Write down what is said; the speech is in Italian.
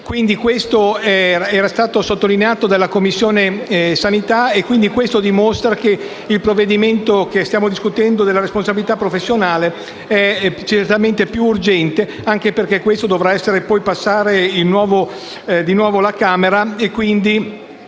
Questo era stato sottolineato dalla Commissione igiene e sanità, e questo dimostra che il provvedimento che stiamo discutendo, concernente la responsabilità professionale, è certamente più urgente, anche perché dovrà tornare di nuovo alla Camera.